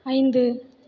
ஐந்து